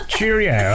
Cheerio